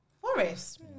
Forest